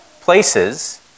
places